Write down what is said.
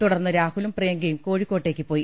തുടർന്ന് രാഹുലും പ്രിയങ്കയും കോഴിക്കോട്ടേക്ക് പോയി